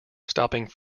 stopping